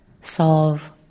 solve